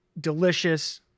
delicious